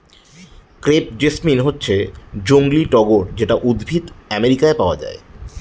crepe jasmine হচ্ছে জংলী টগর যেটা উদ্ভিদ আমেরিকায় পায়